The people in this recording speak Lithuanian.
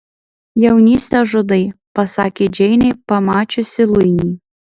jaunystę žudai pasakė džeinė pamačiusi luinį